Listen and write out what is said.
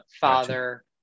father